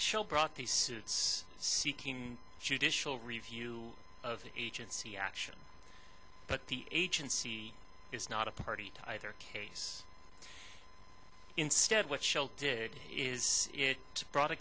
show brought these suits seeking judicial review of the agency action but the agency is not a party to either case instead what shall did is it brought a